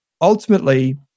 ultimately